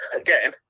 again